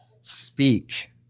speak